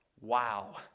wow